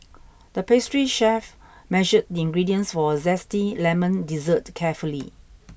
the pastry chef measured the ingredients for a zesty lemon dessert carefully